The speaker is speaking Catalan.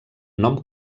nom